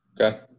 Okay